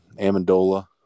Amendola